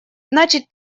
начать